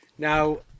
Now